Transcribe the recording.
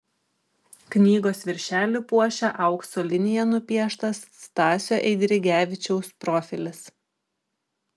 knygos viršelį puošia aukso linija nupieštas stasio eidrigevičiaus profilis